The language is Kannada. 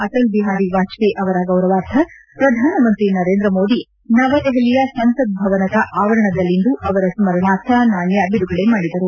ಅಟಲ್ ಬಿಹಾರಿ ವಾಜಪೇಯಿ ಅವರ ಗೌರವಾರ್ಥ ಪ್ರಧಾನಮಂತ್ರಿ ನರೇಂದ್ರ ಮೋದಿ ನವದೆಹಲಿಯ ಸಂಸತ್ ಭವನದ ಆವರಣದಲ್ಲಿಂದು ಅವರ ಸ್ಪರಣಾರ್ಥ ನಾಣ್ಣ ಬಿಡುಗಡೆ ಮಾಡಿದರು